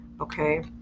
Okay